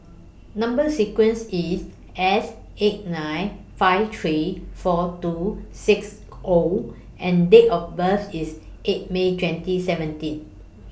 Number sequence IS S eight nine five three four two six O and Date of birth IS eight May twenty seventeen